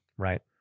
Right